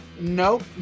nope